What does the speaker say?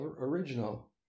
original